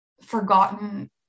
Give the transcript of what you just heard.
forgotten